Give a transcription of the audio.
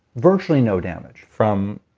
virtually no damage from?